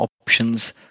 options